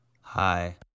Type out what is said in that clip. Hi